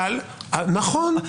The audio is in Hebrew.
נכון.